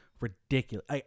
ridiculous